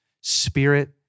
spirit